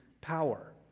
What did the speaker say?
power